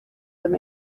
them